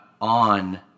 on